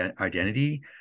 identity